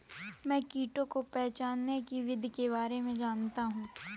मैं कीटों को पहचानने की विधि के बारे में जनता हूँ